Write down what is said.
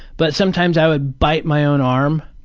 but sometimes i would bite my own arm,